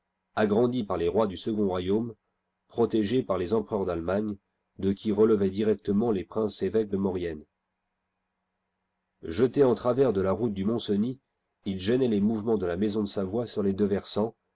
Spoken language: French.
agrandi par les rois du second royaume protégé par les empereurs d'allemagne de qui relevaient directement les princes évêques de maurienne jeté en travers de la route du mont-cenis il gênait les mouvements de la maison de savoie sur les deux versants